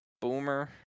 Boomer